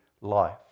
life